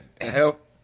help